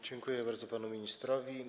Dziękuję bardzo panu ministrowi.